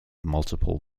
multiple